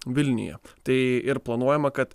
vilniuje tai ir planuojama kad